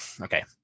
okay